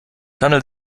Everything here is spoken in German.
handelt